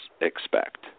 expect